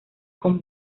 con